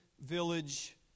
village